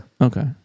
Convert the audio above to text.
Okay